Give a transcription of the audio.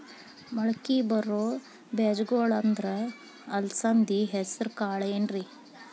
ಮಳಕಿ ಬರೋ ಬೇಜಗೊಳ್ ಅಂದ್ರ ಅಲಸಂಧಿ, ಹೆಸರ್ ಕಾಳ್ ಏನ್ರಿ?